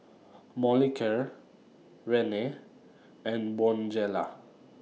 Molicare Rene and Bonjela